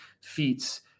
feats